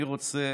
אני רוצה